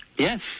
Yes